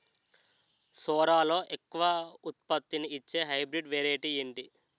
సోరలో ఎక్కువ ఉత్పత్తిని ఇచే హైబ్రిడ్ వెరైటీ ఏంటి?